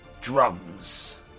Drums